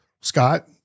Scott